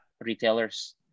retailers